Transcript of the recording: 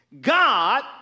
God